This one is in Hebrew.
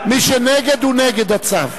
מי שנגד, הוא נגד הצו.